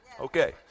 Okay